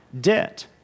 debt